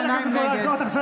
נגד